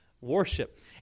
worship